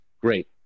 Great